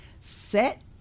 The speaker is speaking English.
set